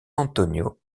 antonio